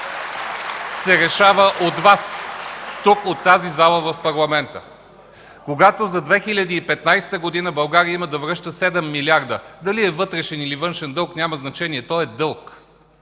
се решава от Вас тук, в тази зала в парламента. Когато за 2015 г. България да има да връща 7 милиарда – дали е вътрешен или външен дълг, няма значение, той е дълг,